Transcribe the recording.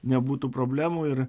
nebūtų problemų ir